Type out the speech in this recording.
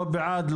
לא בעד,